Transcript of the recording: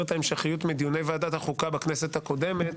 את ההמשכיות מדיוני ועדת החוקה בכנסת הקודמת.